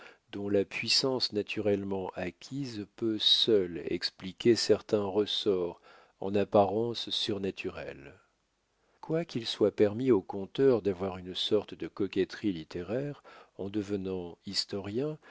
dont la puissance naturellement acquise peut seule expliquer certains ressorts en apparence surnaturels quoiqu'il soit permis aux conteurs d'avoir une sorte de coquetterie littéraire en devenant historiens